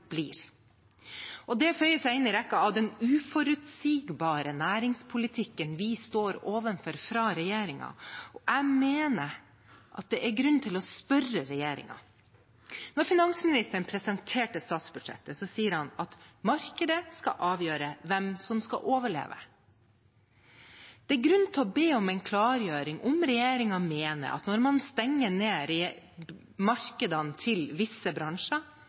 Det føyer seg inn i rekken av uforutsigbar næringspolitikk vi står overfor fra regjeringen. Jeg mener at det er grunn til å spørre regjeringen. Da finansministeren presenterte statsbudsjettet, sa han at markedet skal avgjøre hvem som skal overleve. Det er grunn til å be om en klargjøring av om regjeringen mener at når man stenger ned markedene til visse bransjer